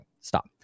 stop